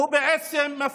הוא בעצם מפריד,